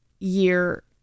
year